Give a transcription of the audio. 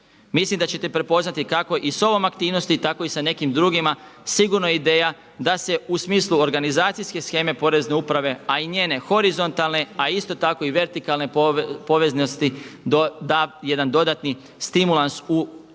Mislim da ćete prepoznati kako i s ovom aktivnosti, tako i sa nekim drugima sigurno ideja da se u smislu organizacijske sheme Porezne uprave, a i njene horizontalne, a isto tako i vertikalne povezanosti da jedan dodatni stimulans u ekonomičniji